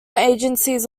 agencies